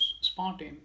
Spartan